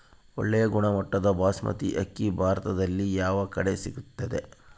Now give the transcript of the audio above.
ಒಳ್ಳೆ ಗುಣಮಟ್ಟದ ಬಾಸ್ಮತಿ ಅಕ್ಕಿ ಭಾರತದಲ್ಲಿ ಯಾವ ಕಡೆ ಸಿಗುತ್ತದೆ?